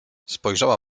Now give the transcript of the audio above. spojrzała